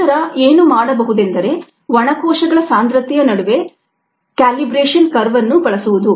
ನಂತರ ಏನು ಮಾಡಬಹುದೆಂದರೆ ಒಣ ಕೋಶಗಳ ಸಾಂದ್ರತೆಯ ನಡುವೆ ಕ್ಯಾಲಿಬ್ರೆಷನ್ ಕರ್ವ್ ಅನ್ನು ಬಳಸುವುದು